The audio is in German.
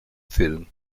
film